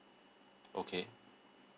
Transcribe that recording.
okay